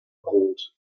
rot